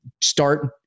start